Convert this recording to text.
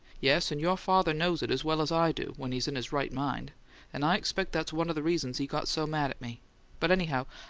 yes, and your father knows it as well as i do, when he's in his right mind and i expect that's one of the reasons he got so mad at me but anyhow,